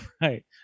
right